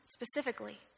specifically